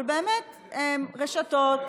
אבל רשתות,